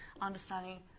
understanding